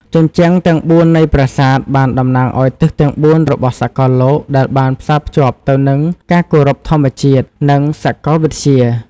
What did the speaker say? ជញ្ជាំងទាំងបួននៃប្រាសាទបានតំណាងឲ្យទិសទាំងបួនរបស់សកលលោកដែលបានផ្សារភ្ជាប់ទៅនឹងការគោរពធម្មជាតិនិងសកលវិទ្យា។